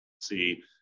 see